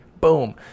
Boom